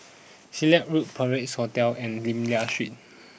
Silat Road Parc Sovereign Hotel and Lim Liak Street